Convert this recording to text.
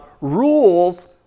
rules